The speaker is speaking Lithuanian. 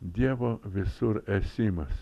dievo visur esimas